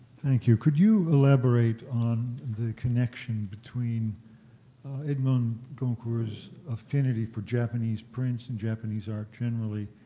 thank you, could you elaborate on the connection between edmond goncourt's affinity for japanese prints and japanese art generally,